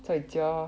在家